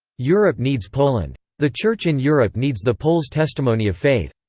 europe needs poland. the church in europe needs the poles' testimony of faith.